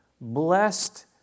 blessed